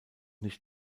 nicht